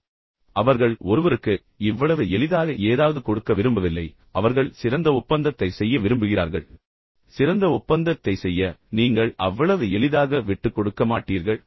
எனவே அவர்கள் ஒருவருக்கு இவ்வளவு எளிதாக ஏதாவது கொடுக்க விரும்பவில்லை அவர்கள் சிறந்த ஒப்பந்தத்தை செய்ய விரும்புகிறார்கள் எனவே சிறந்த ஒப்பந்தத்தை செய்ய எனவே நீங்கள் அவ்வளவு எளிதாக விட்டுக்கொடுக்க மாட்டீர்கள்